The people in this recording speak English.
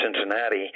Cincinnati